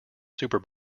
super